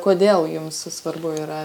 kodėl jums svarbu yra